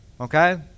Okay